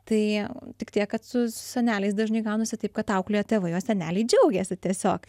tai tik tiek kad su seneliais dažnai gaunasi taip kad auklėja tėvai o seneliai džiaugiasi tiesiog